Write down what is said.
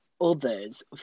others